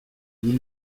ils